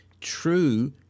True